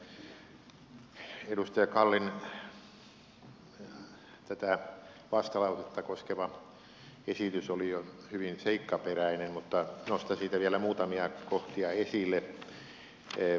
edustaja kallin vastalausetta koskeva esitys oli jo hyvin seikkaperäinen mutta nostan siitä vielä muutamia kohtia esille